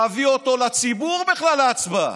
להביא אותו לציבור להצבעה.